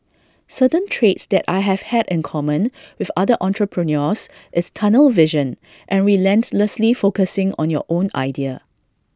certain traits that I have had in common with other entrepreneurs is tunnel vision and relentlessly focusing on your own idea